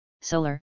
solar